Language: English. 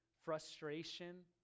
frustration